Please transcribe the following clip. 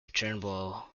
turnbull